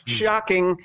shocking